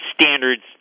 standards